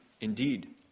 indeed